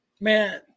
man